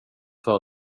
för